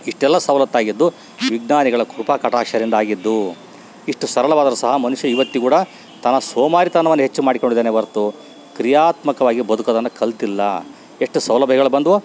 ಇಷ್ಟೆಲ್ಲ ಸವಲತ್ತಾಗಿದ್ದು ವಿಜ್ಞಾನಿಗಳ ಕೃಪಾಕಟಾಕ್ಷದಿಂದಾಗಿದ್ದು ಇಷ್ಟು ಸರಳವಾದರು ಸಹ ಮನುಷ್ಯ ಇವತ್ತಿಗು ಕೂಡ ತನ್ನ ಸೋಮಾರಿತನವನ್ನೇ ಹೆಚ್ಚು ಮಾಡಿಕೊಂಡಿದ್ದಾನೆ ಹೊರ್ತು ಕ್ರಿಯಾತ್ಮಕವಾಗಿ ಬದುಕೋದನ್ನು ಕಲ್ತಿಲ್ಲ ಎಷ್ಟು ಸೌಲಭ್ಯಗಳ್ ಬಂದ್ವೋ